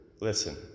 listen